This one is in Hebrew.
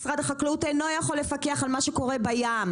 משרד החקלאות אינו יכול לפקח על מה שקורה בים,